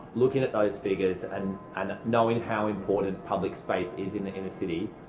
looking at those figures and and knowing how important public space is in the inner city,